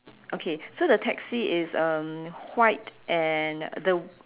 okay so the taxi is um white and the